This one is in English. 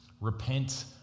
repent